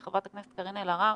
חברת הכנסת קארין אלהרר,